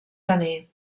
tenir